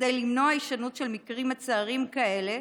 כדי למנוע הישנות של מקרים מצערים כאלה